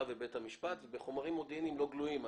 ובית המשפט ובחומרים מודיעיניים לא גלויים.